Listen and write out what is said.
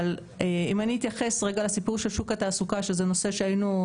אבל אם אני אתייחס רגע לסיפור של שוק התעסוקה שזה נושא שאנחנו